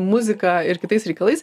muzika ir kitais reikalais